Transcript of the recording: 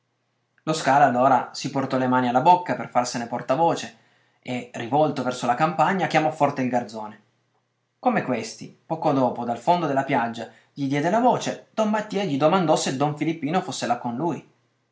lo scala allora si portò le mani alla bocca per farsene portavoce e rivolto verso la campagna chiamò forte il garzone come questi poco dopo dal fondo della piaggia gli diede la voce don mattia gli domandò se don filippino fosse là con lui